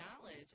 knowledge